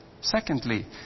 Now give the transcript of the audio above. Secondly